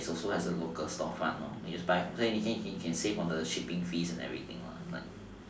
there is also has a local store fund lor you can just buy you can can can save on the shipping fees and like